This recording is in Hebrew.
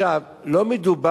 עכשיו, לא מדובר,